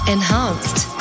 Enhanced